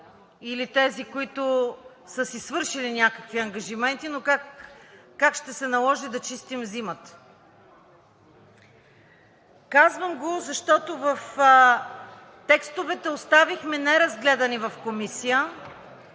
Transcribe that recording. или тези, които са си свършили някакви ангажименти, но как ще се наложи да чистим зимата. Казвам го, защото оставихме неразгледани текстове